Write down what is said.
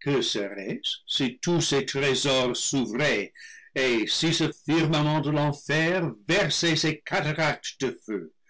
que serait-ce si tous ses trésors s'ouvraient et si ce firmament de l'enfer versait ses cataractes de feu